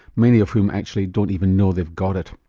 many of whom actually don't even know they've got it.